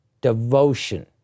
devotion